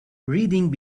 reading